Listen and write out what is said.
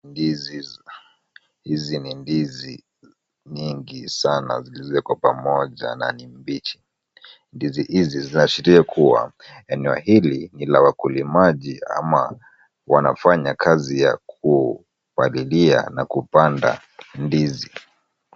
Hizi ni ndizi nyingi sana na zimewekwa pamoja ndizi na mbichi. Ndizi hizi zinaashiria kuwa eneo hili ni la wakulimaji ama wanafanya kazi ya kupalilia na kupanda ndizi.